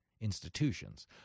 institutions